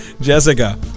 Jessica